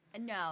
No